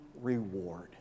reward